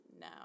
No